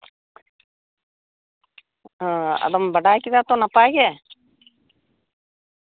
ᱚ ᱟᱫᱚᱢ ᱵᱟᱰᱟᱭ ᱠᱮᱫᱟ ᱛᱚ ᱱᱟᱯᱟᱭ ᱜᱮ